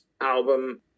album